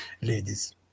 ladies